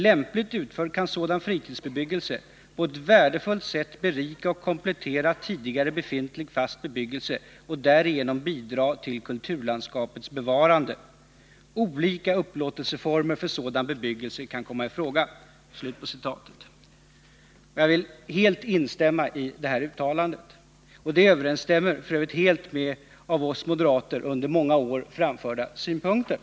Lämpligt utförd kan sådan fritidsbebyggelse på ett värdefullt sätt berika och komplettera tidigare befintlig fast bebyggelse och därigenom bidra till kulturlandskapets bevarande. Olika upplåtelseformer för sådan bebyggelse bör kunna komma i fråga.” Jag vill helt instämma i detta uttalande. F. ö. överensstämmer det helt med av oss moderater under många år framförda synpunkter.